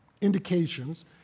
indications